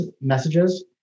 messages